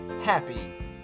happy